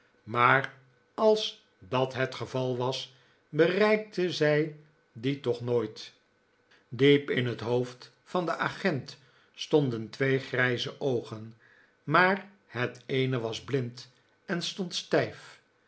maar als dat het geval was bereikte zij die toch nooit diep in het hoofd van den agent stondeh twee grijze oogen maar het eene was blind en stond stijf